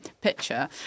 picture